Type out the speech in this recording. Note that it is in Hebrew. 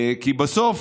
כי בסוף,